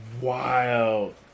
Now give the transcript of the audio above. wild